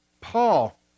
Paul